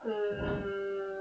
oh